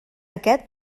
aquest